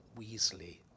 Weasley